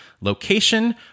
location